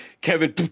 Kevin